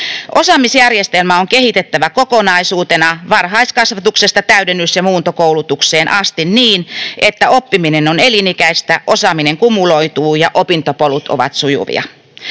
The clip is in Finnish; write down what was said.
Osaamisjärjestelmää on kehitettävä kokonaisuutena varhaiskasvatuksesta täydennys- ja muuntokoulutukseen asti niin, että oppiminen on elinikäistä, osaaminen kumuloituu ja opintopolut ovat sujuvia.